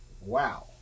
Wow